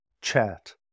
chat